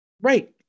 Right